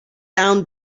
down